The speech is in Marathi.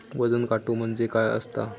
वजन काटो म्हणजे काय असता?